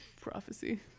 Prophecy